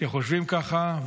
שחושבים ככה,